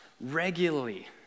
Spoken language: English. regularly